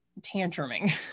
tantruming